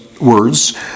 words